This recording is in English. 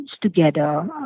together